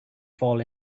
fall